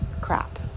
crap